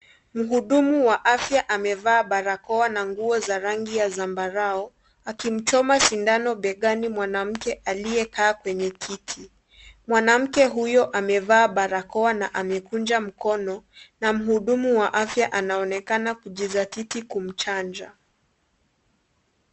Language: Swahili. Muhudumu wa afya amevaa barakoa na nguo za rangi ya sambarau akimchoma sindano begani mwanamke aliye kaa kwenye kiti, mwanamke huyo amevaa barakoa na amekunja mkono na muhudumu wa afya anaonekana kujisatiti kumchanja.